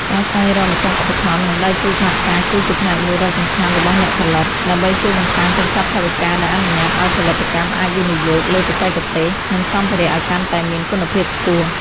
ការស្វែងរកម្ចាស់ឧបត្ថម្ភ និងដៃគូសហការគឺជាផ្នែកមួយដ៏សំខាន់របស់អ្នកផលិត ដើម្បីជួយបង្កើនកញ្ចប់ថវិកាដែលអនុញ្ញាតឱ្យផលិតកម្មអាចវិនិយោគលើបច្ចេកទេស និងសម្ភារៈឱ្យកាន់តែមានគុណភាពខ្ពស់។